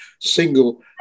single